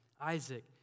Isaac